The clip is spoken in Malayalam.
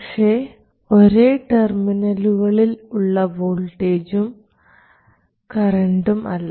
പക്ഷേ ഒരേ ടെർമിനലുകളിൽ ഉള്ള വോൾട്ടേജും കറണ്ടും അല്ല